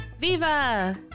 Viva